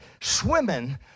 swimming